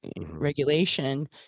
regulation